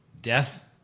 Death